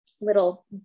little